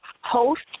host